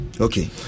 Okay